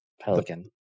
Pelican